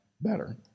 better